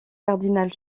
cardinal